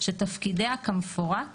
שתפקידיה כמפורט